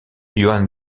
juan